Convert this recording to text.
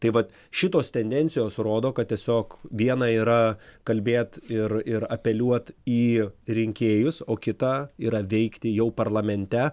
tai vat šitos tendencijos rodo kad tiesiog viena yra kalbėt ir ir apeliuot į rinkėjus o kita yra veikti jau parlamente